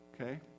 Okay